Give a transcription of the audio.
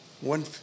One